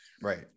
Right